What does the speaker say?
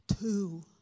two